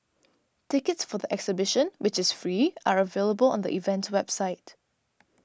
tickets for the exhibition which is free are available on the event's website